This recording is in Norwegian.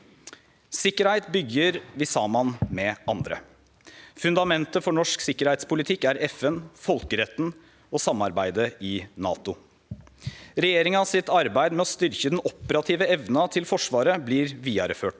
Sikkerheit byggjer vi saman med andre. Fundamentet for norsk sikkerheitspolitikk er FN, folkeretten og samarbeidet i NATO. Regjeringa fører vidare arbeidet med å styrkje den operative evna til Forsvaret. Regjeringa